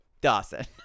Dawson